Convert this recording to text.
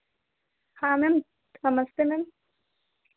हाँ मैम नमस्ते मैम